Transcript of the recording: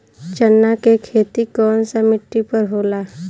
चन्ना के खेती कौन सा मिट्टी पर होला?